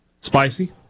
Spicy